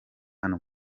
hano